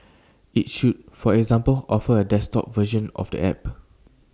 IT should for example offer A desktop version of the app